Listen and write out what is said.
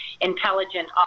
intelligent